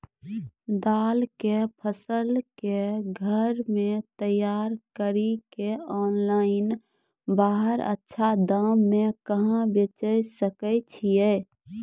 दाल के फसल के घर मे तैयार कड़ी के ऑनलाइन बाहर अच्छा दाम मे कहाँ बेचे सकय छियै?